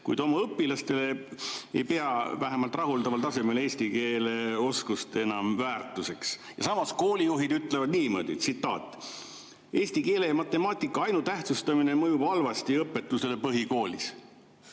kuid oma õpilaste vähemalt rahuldaval tasemel eesti keele oskust me enam väärtuseks ei pea." Ja samas koolijuhid ütlevad niimoodi: "Eesti keele ja matemaatika ainutähtsustamine mõjub halvasti õpetusele põhikoolis."